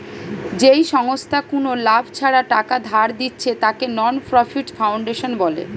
যেই সংস্থা কুনো লাভ ছাড়া টাকা ধার দিচ্ছে তাকে নন প্রফিট ফাউন্ডেশন বলে